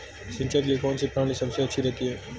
सिंचाई के लिए कौनसी प्रणाली सबसे अच्छी रहती है?